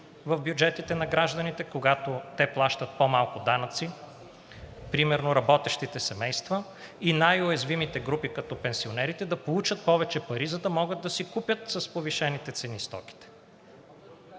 в бюджетите на гражданите, когато те плащат по-малко данъци, примерно работещите семейства и най-уязвимите групи, като пенсионерите, да получат повече пари, за да могат да си купят стоките с повишените цени.